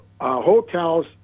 hotels